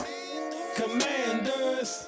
Commanders